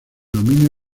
dominio